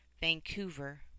Vancouver